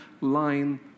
line